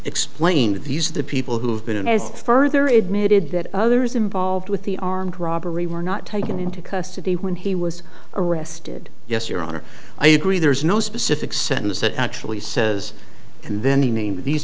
explained these are the people who have been as further it mated that others involved with the armed robbery were not taken into custody when he was arrested yes your honor i agree there is no specific sentence that actually says and then the names of these